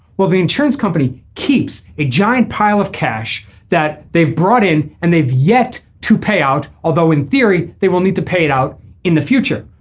the insurance company keeps a giant pile of cash that they've brought in and they've yet to pay out. although in theory they will need to pay it out in the future.